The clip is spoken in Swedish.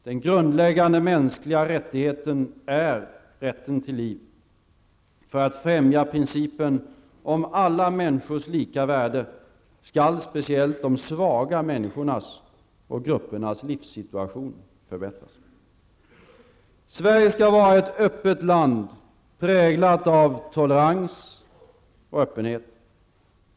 Den grundläggande mänskliga rättigheten är rätten till liv. För att främja principen om alla människors lika värde skall speciellt de svaga människornas och gruppernas livssituation förbättras. Sverige skall vara ett öppet land präglat av tolerans och öppenhet.